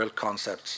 concepts